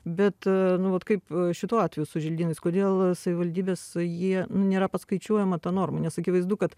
bet nu vat kaip šituo atveju su želdynais kodėl savivaldybės jie nu nėra paskaičiuojama ta norma nes akivaizdu kad